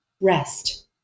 Rest